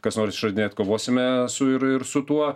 kas nors išradinėt kovosime su ir ir su tuo